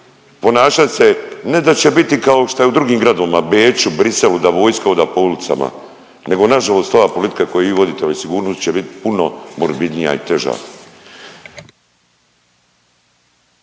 ponašat se, ne da će biti kao što je u drugim gradovima Beču, Bruxellesu da vojska hoda po ulicama. Nego nažalost ova politika koju vi vodite ovdje sigurnost će bit puno morbidnija i teža.